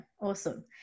Awesome